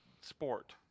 sport